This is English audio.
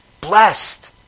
Blessed